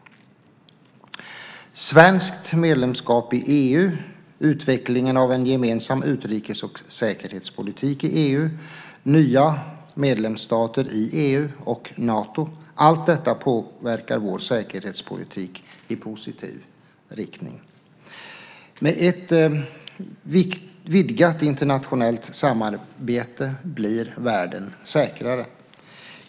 Svenskt medlemskap i EU, utvecklingen av en gemensam utrikes och säkerhetspolitik i EU, nya medlemsstater i EU och Nato - allt detta påverkar vår säkerhetspolitik i positiv riktning. Med ett vidgat internationellt samarbete blir världen säkrare.